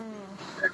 uh